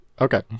okay